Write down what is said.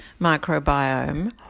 microbiome